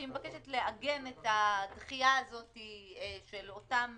שהיא מבקשת לעגן את הדחייה הזאת של אותם